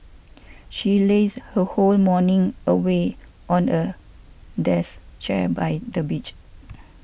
she lazed her whole morning away on a desk chair by the beach